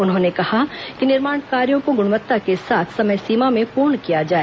उन्होंने कहा कि निर्माण कार्यो को गुणवत्ता के साथ समय सीमा में पूर्ण किया जाए